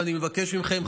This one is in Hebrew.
ואני מבקש מכם,